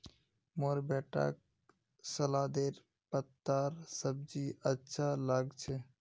मोर बेटाक सलादेर पत्तार सब्जी अच्छा लाग छ